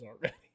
already